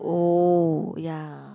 oh ya